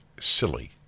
silly